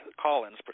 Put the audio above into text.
Collins